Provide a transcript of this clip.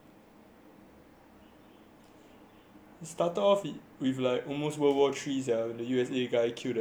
it start off with like almost world war three sia when U_S_A guy killed a Iran general